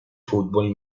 fútbol